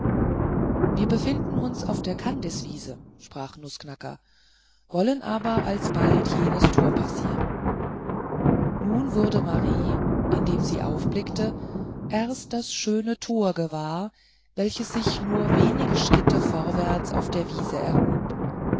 wir befinden uns auf der kandiswiese sprach nußknacker wollen aber alsbald jenes tor passieren nun wurde marie indem sie aufblickte erst das schöne tor gewahr welches sich nur wenige schritte vorwärts auf der wiese erhob